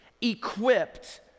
equipped